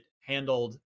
handled